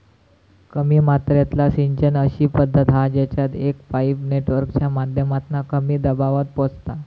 कमी मात्रेतला सिंचन अशी पद्धत हा जेच्यात एक पाईप नेटवर्कच्या माध्यमातना कमी दबावात पोचता